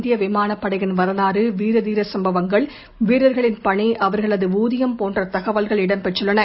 இந்திய விமானப் படையின் வரலாறு வீர தீர சம்பவங்கள் வீரர்களின் பணி அவர்களது ஊதியம் போன்ற தகவல்கள் இடம் பெற்றுள்ளன